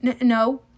No